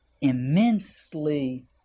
immensely